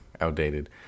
outdated